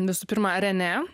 visų pirma renė